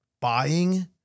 buying